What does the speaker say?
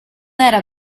era